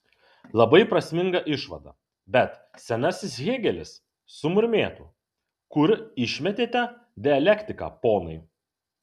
labai prasminga išvada bet senasis hėgelis sumurmėtų kur išmetėte dialektiką ponai